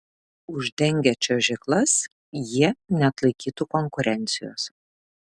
uždengę čiuožyklas jie neatlaikytų konkurencijos